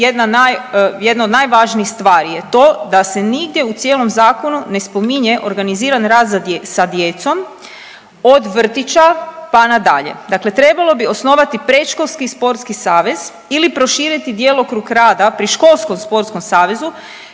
jedna od najvažnijih stvari je to da se nigdje u cijelom zakonu ne spominje organiziran rad sa djecom od vrtića, pa nadalje. Dakle trebalo bi osnovati predškolski sportski savez ili proširiti djelokrug rada pri školskom sportskom savezu